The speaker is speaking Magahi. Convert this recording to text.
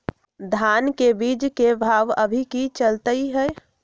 धान के बीज के भाव अभी की चलतई हई?